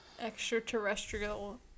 Extraterrestrial